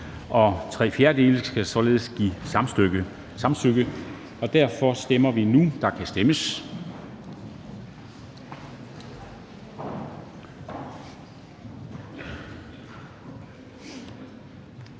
og tre fjerdedele skal således give samtykke. Derfor stemmer vi nu, og der kan stemmes.